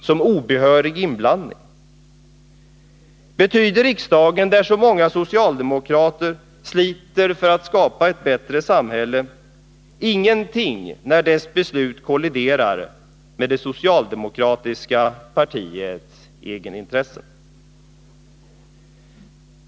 Som obehörig inblandning? Betyder riksdagen — där så många socialdemokrater sliter för att skapa ett bättre samhälle — ingenting när dess beslut kolliderar med det socialdemokratiska partiets egna intressen?